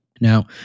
Now